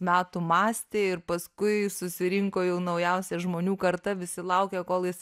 metų mąstė ir paskui susirinko jau naujausia žmonių karta visi laukė kol jis